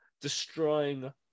destroying